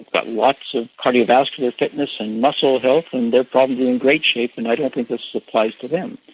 but lots of cardiovascular fitness and muscle health and they are probably in great shape, and i don't think this applies to them.